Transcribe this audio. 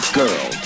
girl